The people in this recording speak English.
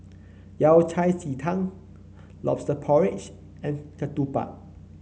Yao Cai Ji Tang lobster porridge and ketupat